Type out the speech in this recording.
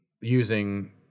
using